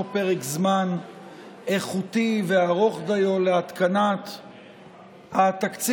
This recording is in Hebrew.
פרק זמן איכותי וארוך דיו להתקנת התקציב,